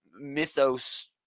mythos –